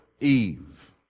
Eve